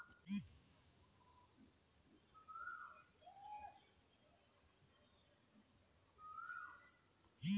আগের যে সোগায় লোন গুলার দাম না দেয়